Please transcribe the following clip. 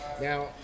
Now